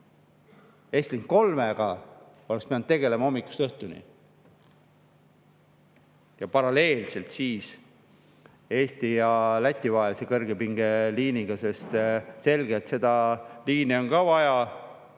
Estlink 3-ga oleks pidanud tegelema hommikust õhtuni ja paralleelselt siis Eesti ja Läti vahelise kõrgepingeliiniga. On selge, et seda liini on ka vaja,